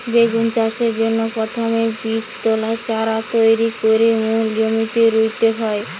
বেগুন চাষের জন্যে প্রথমে বীজতলায় চারা তৈরি কোরে মূল জমিতে রুইতে হয়